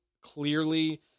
clearly